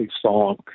song